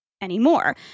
anymore